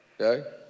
Okay